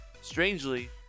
Strangely